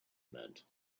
meant